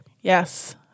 Yes